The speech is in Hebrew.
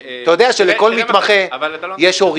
אתה יודע שלכל מתמחה יש הורים,